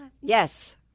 Yes